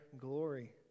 glory